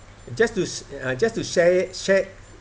just to just to share share